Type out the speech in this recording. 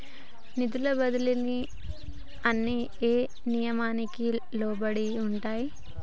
నిధుల బదిలీలు అన్ని ఏ నియామకానికి లోబడి ఉంటాయి?